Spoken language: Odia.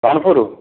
ରଣପୁର